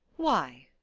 why,